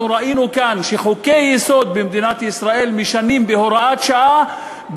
ראינו כאן שחוקי-יסוד במדינת ישראל משנים בהוראת שעה,